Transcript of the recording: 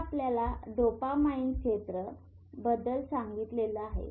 मी आपल्याला डोपामाइन क्षेत्र बद्दल सांगितलेलं आहे